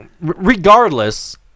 Regardless